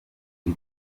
igi